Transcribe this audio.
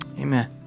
Amen